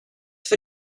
for